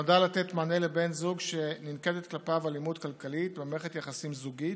נועדה לתת מענה לבן זוג שננקטת כלפיו אלימות כלכלית במערכת יחסים זוגית,